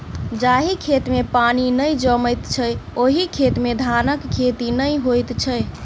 जाहि खेत मे पानि नै जमैत छै, ओहि खेत मे धानक खेती नै होइत छै